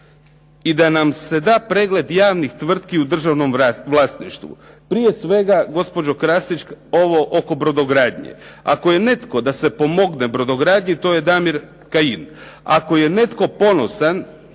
i da nam se da pregled javnih tvrtki u državnom vlasništvu. Prije svega gospođo Krasnić ovo oko brodogradnje. Ako je netko da se pomogne brodogradnji to je Damir Kajin, ako je netko ponosan